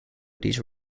these